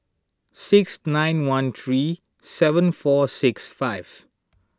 six nine one three seven four six five